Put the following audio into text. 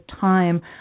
time